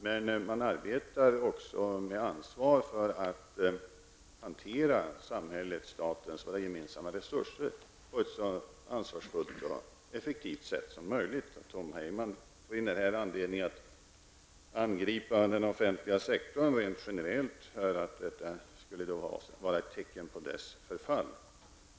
Men man arbetar också med ansvar för att hantera våra gemensamma resurser på ett så ansvarsfullt och effektivt sätt som möjligt. Tom Heyman finner här anledning att angripa den offentliga sektorn rent generellt och menar att det inträffade skulle vara ett tecken på dess förfall.